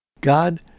God